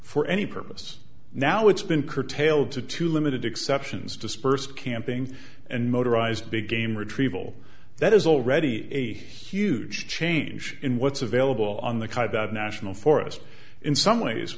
for any purpose now it's been curtailed to two limited exceptions dispersed camping and motorized big game retrieval that is already a huge change in what's available on the national forest in some ways